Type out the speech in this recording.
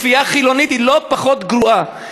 כפייה חילונית היא לא פחות גרועה,